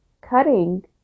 cutting